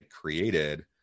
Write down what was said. created